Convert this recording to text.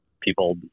people